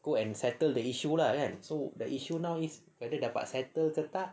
go and settle the issue lah kan so the issue now is whether dapat settle ke tak